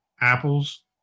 apples